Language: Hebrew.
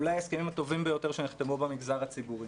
אולי ההסכמים הטובים ביותר שנחתמו במגזר הציבורי.